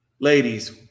Ladies